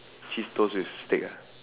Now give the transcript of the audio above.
cheese toast with steak ah